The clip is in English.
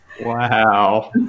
wow